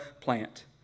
plant